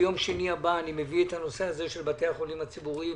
ביום שני הבא אני מביא לדיון את המצב של בתי החולים הציבוריים,